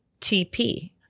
TP